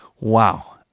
Wow